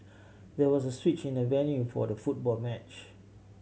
there was a switch in the venue for the football match